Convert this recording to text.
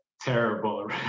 terrible